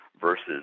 versus